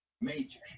Major